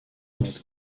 not